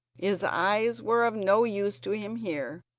his eyes were of no use to him here,